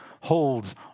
holds